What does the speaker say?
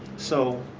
so,